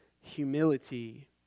humility